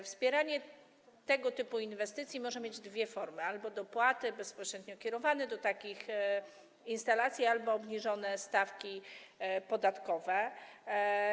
Wspieranie tego typu inwestycji może mieć dwie formy: albo dopłat bezpośrednio kierowanych do takich instalacji, albo obniżonych stawek podatkowych.